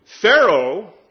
Pharaoh